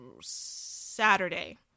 Saturday